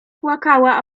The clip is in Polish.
płakała